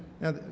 Now